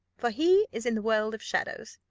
for he is in the world of shadows.